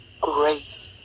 grace